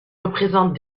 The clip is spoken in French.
représentent